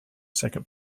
second